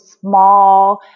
small